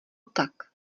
tak